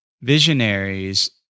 visionaries